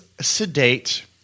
sedate